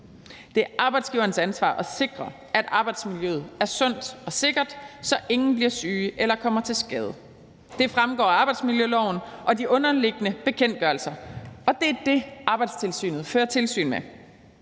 Det er arbejdsgiverens ansvar at sikre, at arbejdsmiljøet er sundt og sikkert, så ingen bliver syge eller kommer til skade. Det fremgår af arbejdsmiljøloven og de underliggende bekendtgørelser, og det er det, Arbejdstilsynet fører tilsyn med.